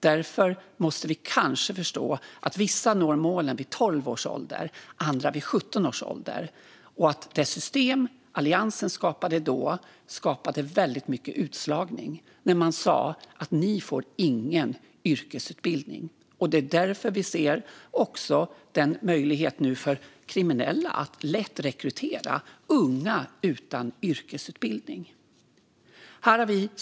Vi måste förstå att vissa når målen vid 12 års ålder men andra först vid 17 års ålder. Det system Alliansen skapade ledde till väldigt mycket utslagning. Ni får ingen yrkesutbildning, sa man. Det är därför vi nu ser en möjlighet för kriminella att lätt rekrytera unga utan yrkesutbildning.